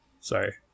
Sorry